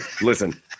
Listen